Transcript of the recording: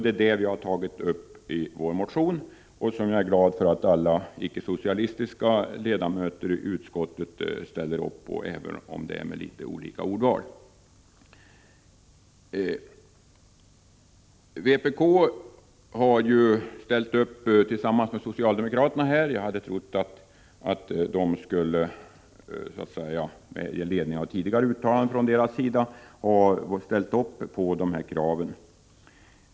Det är den frågan vi har tagit upp i vår motion, och jag är glad att alla icke-socialistiska ledamöter i utskottet ställer sig bakom vårt krav på den punkten, även om de gjort det med skilda ordval. Vpk har gått samman med socialdemokraterna i den här frågan. Med ledning av tidigare uttalanden från vpk:s sida hade jag trott att de här skulle ha ställt sig bakom våra krav.